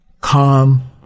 calm